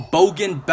Bogan